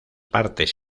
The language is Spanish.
partes